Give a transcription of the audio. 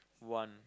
one